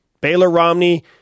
Baylor-Romney